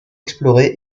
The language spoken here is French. explorée